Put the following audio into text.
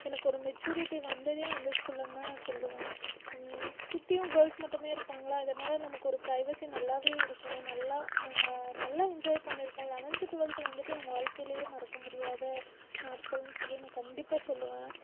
எனக்கு ஒரு மெச்சுரிட்டி வந்ததே அந்த ஸ்கூலந்தான் நான் சொல்லுவேன் சுற்றியும் கேர்ள்ஸ் மட்டுமே இருப்பாங்களா அதனால நமக்கு ஒரு ப்ரைவஸி நல்லாவே இருக்கும் நல்லா நாங்கள் நல்லா என்ஜாய் பண்ணியிருக்கோம் லெவன்த் ட்வெல்த் வந்துட்டு என் வாழ்க்கையிலேயே மறக்க முடியாத நாட்கள்னு சொல்லி நான் கண்டிப்பாக சொல்லுவேன்